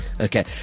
Okay